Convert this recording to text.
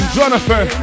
Jonathan